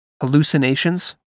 hallucinations